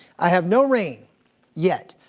i have no rain yet.